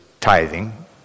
tithing